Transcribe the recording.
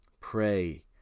Pray